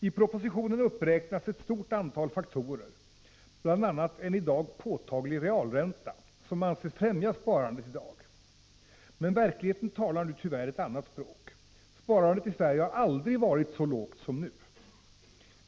I propositionen räknas ett stort antal faktorer upp — bl.a. en i dag påtaglig realränta — som anses främja sparandet. Men verkligheten talar tyvärr ett annat språk: sparandet i Sverige har aldrig varit så lågt som nu!